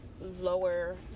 lower